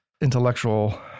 intellectual